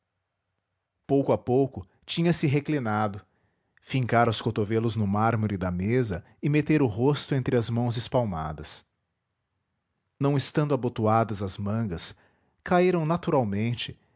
pouco a pouco tinha-se reclinado fincara os cotovelos no mármore da mesa e metera o rosto entre as mãos espalmadas não estando abotoadas as mangas caíram naturalmente